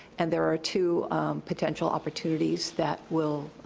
and there are two potential opportunities that will,